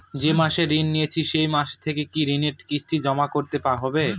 যে মাসে ঋণ নিয়েছি সেই মাস থেকেই কি ঋণের কিস্তি জমা করতে হবে?